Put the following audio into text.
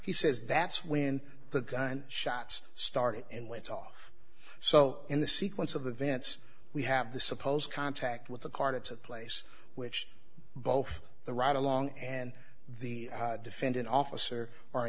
he says that's when the gun shots started and went off so in the sequence of events we have the supposed contact with the card to place which both the right along and the defendant officer